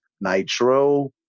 Nitro